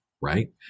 right